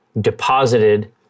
deposited